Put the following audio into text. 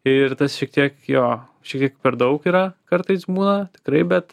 ir tas šiek tiek jo šiek tiek per daug yra kartais būna tikrai bet